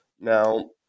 Now